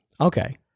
Okay